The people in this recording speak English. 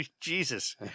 Jesus